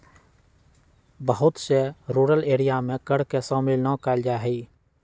बहुत से rural area में कर के शामिल ना कइल जा हई